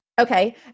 Okay